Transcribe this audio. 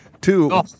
Two